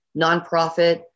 nonprofit